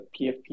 PFP